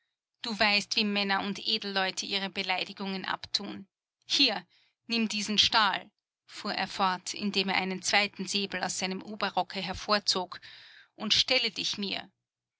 du weißt wie männer und edelleute ihre beleidigungen abtun hier nimm diesen stahl fuhr er fort indem er einen zweiten säbel aus seinem oberrocke hervorzog und stelle dich mir